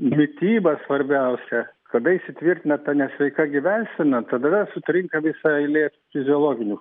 mityba svarbiausia kada įsitvirtina ta nesveika gyvensena tada sutrinka visa eilė fiziologinių